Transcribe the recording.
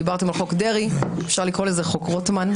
דיברתם על חוק דרעי אפשר לקרוא לזה "חוק רוטמן",